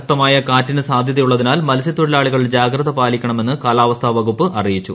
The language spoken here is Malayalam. ശക്തമായ കാറ്റിനു സാധൃതയുള്ളതിനാൽ മത്സൃത്തൊഴിലാളികൾ ജാഗ്രത പാലിക്കണമെന്ന് കാലാവസ്ഥാ വകുപ്പ് അറിയിച്ചു